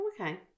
okay